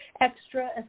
extra